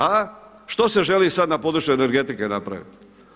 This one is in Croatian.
A što se želi sad na području energetike napraviti?